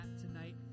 tonight